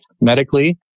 medically